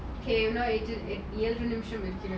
என்னக்கு தெரில அம்மாவை கூப்பிடுங்க:ennaku terila ammava kupdunga